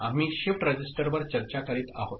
आम्ही शिफ्ट रजिस्टरवर चर्चा करीत आहोत